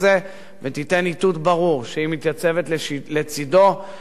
איתות ברור שהיא מתייצבת לצדו של שלטון החוק.